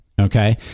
Okay